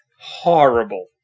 Horrible